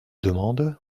demande